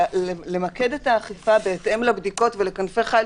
למקד את האכיפה בהתאם לבדיקות ול"כנפי חיל",